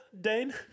Dane